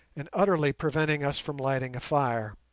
and utterly preventing us from lighting a fire.